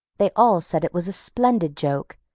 they all said it was a splendid joke,